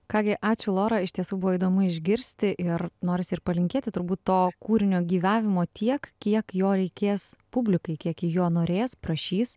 ką gi ačiū lora iš tiesų buvo įdomu išgirsti ir norisi ir palinkėti turbūt to kūrinio gyvevimo tiek kiek jo reikės publikai kiek ji jo norės prašys